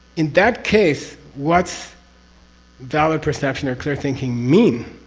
in that case, what's valid perception or clear-thinking mean?